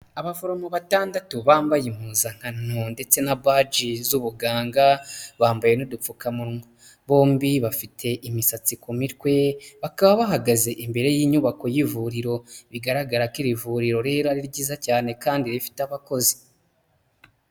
Abaforomo batandatu bambaye impuzankano ndetse na baji z'ubuganga bambaye n'udupfukamunwa, bombi bafite imisatsi ku mitwe, bakaba bahagaze imbere y'inyubako y'ivuriro, bigaragara ko iri vuriro rero ari ryiza cyane kandi rifite abakozi.